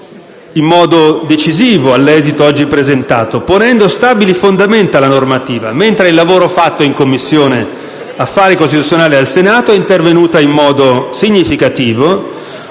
in modo decisivo all'esito oggi presentato, ponendo stabili fondamenta alla normativa, mentre il lavoro fatto in Commissione affari costituzionali al Senato è intervenuto in modo significativo